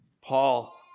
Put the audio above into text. Paul